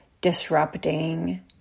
disrupting